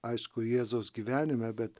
aišku jėzaus gyvenime bet